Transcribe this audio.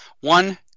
one